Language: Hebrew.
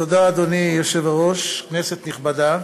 תודה, אדוני היושב-ראש, כנסת נכבדה,